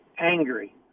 angry